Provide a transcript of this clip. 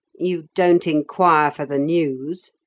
you don't inquire for the news.